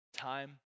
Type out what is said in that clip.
time